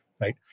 right